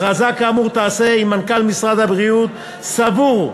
הכרזה כאמור תיעשה אם מנכ"ל משרד הבריאות סבור,